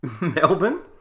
Melbourne